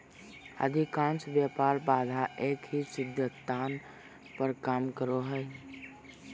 अधिकांश व्यापार बाधा एक ही सिद्धांत पर काम करो हइ